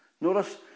Notice